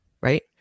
right